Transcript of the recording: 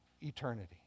eternity